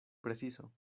preciso